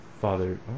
Father